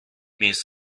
means